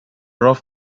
rough